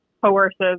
coercive